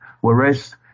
whereas